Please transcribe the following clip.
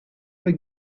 bei